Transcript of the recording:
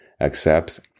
accepts